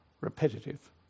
repetitive